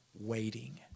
waiting